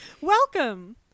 Welcome